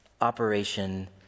Operation